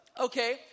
Okay